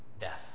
death